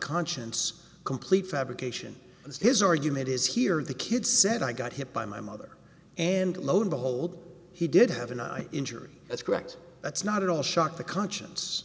conscience complete fabrication and his argument is here the kid said i got hit by my mother and lo and behold he did have an eye injury that's correct that's not at all shock the conscience